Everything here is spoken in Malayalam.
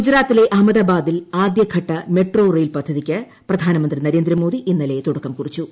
ഗുജറാത്തിലെ അഹമ്മദാബാദിൽ ആദ്യഘട്ട മെട്രോ റെയിൽ പദ്ധതിക്ക് പ്രധാനമന്ത്രി നരേന്ദ്രമോദി ഇന്നലെ തുടക്കം കുറിച്ചു